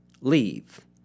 leave